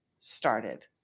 started